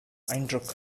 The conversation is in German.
eindruck